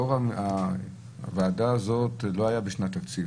יו"ר הוועדה הזאת לא היה בשנת תקציב.